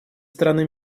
страны